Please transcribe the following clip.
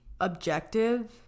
objective